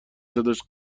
صداش